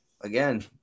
Again